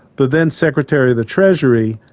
the then secretary of the treasury,